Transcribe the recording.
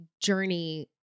journey